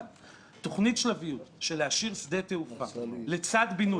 תוכניות שלביות של להשאיר שדה תעופה לצד בינוי,